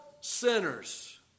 sinners